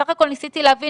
בסך הכול, ניסיתי להבין.